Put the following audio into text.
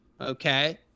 okay